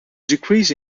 decrease